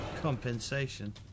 Compensation